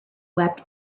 wept